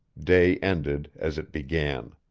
day ended as it began.